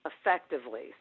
effectively